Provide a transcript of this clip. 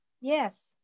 Yes